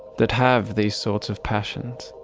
that have these sorts of passions,